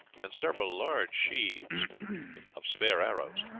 and several large sheaves of spare arrows.